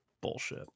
Bullshit